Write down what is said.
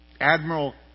Admiral